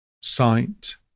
sight